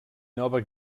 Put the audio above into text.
nova